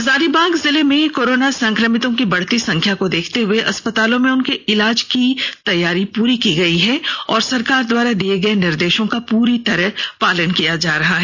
हजारीबाग जिले में कोरोना संक्रमितों की बढ़ती संख्या को देखते हुए अस्पतालों में उनके इलाज की पूरी तैयारी की गयी है और सरकार द्वारा दिए गए निर्देशों का पूरी तंरह पालन किया जा रहा है